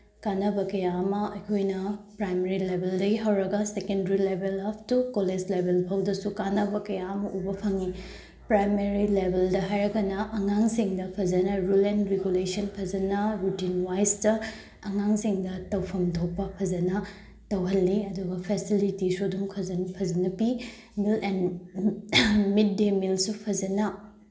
ꯀꯥꯅꯕ ꯀꯌꯥ ꯑꯃ ꯑꯩꯈꯣꯏꯅ ꯄ꯭ꯔꯥꯏꯃꯥꯔꯤ ꯂꯦꯕꯦꯜꯗꯒꯤ ꯍꯧꯔꯒ ꯁꯦꯀꯦꯟꯗꯔꯤ ꯂꯦꯕꯦꯜ ꯑꯞ ꯇꯨ ꯀꯣꯂꯦꯖ ꯂꯦꯕꯦꯜꯐꯥꯎꯗꯁꯨ ꯀꯥꯅꯕ ꯀꯌꯥ ꯑꯃ ꯎꯕ ꯐꯪꯏ ꯄ꯭ꯔꯥꯏꯃꯥꯔꯤ ꯂꯦꯕꯦꯜꯗ ꯍꯥꯏꯔꯒꯅ ꯑꯉꯥꯡꯁꯤꯡꯗ ꯐꯖꯅ ꯔꯨꯜ ꯑꯦꯟ ꯔꯤꯒꯨꯂꯦꯁꯟ ꯐꯖꯅ ꯔꯨꯇꯤꯟ ꯋꯥꯏꯁꯇ ꯑꯉꯥꯡꯁꯤꯡꯗ ꯇꯧꯐꯝ ꯊꯣꯛꯄ ꯐꯖꯅ ꯇꯧꯍꯜꯂꯤ ꯑꯗꯨꯒ ꯐꯦꯁꯤꯂꯤꯇꯤꯁꯨ ꯑꯗꯨꯝ ꯐꯖ ꯐꯖꯅ ꯃꯤꯠ ꯗꯦ ꯃꯤꯜꯁꯨ ꯐꯖꯅ